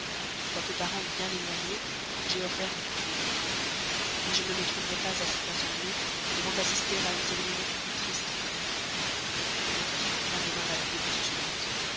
quoique parente bien éloignée j'ai offert d'y concourir mais je ne me trouverai pas à cette assemblée devant assister à une cérémonie plus triste encore ma fille prend demain l'habit de postulante